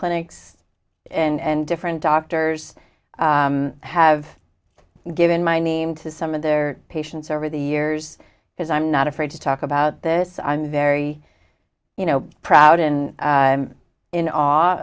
clinics and different doctors have given my name to some of their patients over the years because i'm not afraid to talk about this i'm very you know proud and in awe